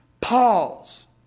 pause